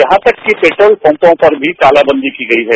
यहां तक कि पेट्रोल पंपों पर भी तालाबंदी की गई है